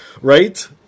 Right